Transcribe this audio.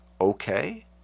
okay